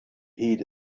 heed